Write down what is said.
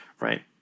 Right